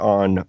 on